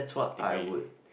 degree